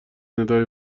ندای